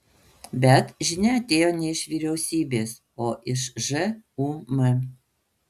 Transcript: bet žinia atėjo ne iš vyriausybės o iš žūm